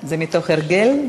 זה מתוך הרגל,